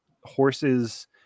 horses